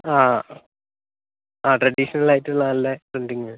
ആ ആ ട്രഡീഷണൽ ആയിട്ടുള്ള നല്ല ട്രെൻഡിങ്ങു്